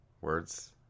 words